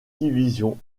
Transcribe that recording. division